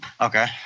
Okay